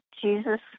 Jesus